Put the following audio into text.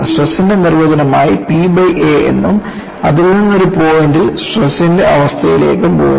സ്ട്രെസ്ന്റെ നിർവചനമായി P by A എന്നും അതിൽനിന്ന് ഒരു പോയിൻറ് ഇൽ സ്ട്രെസ്ന്റെ അവസ്ഥയിലേക്ക് പോകുന്നു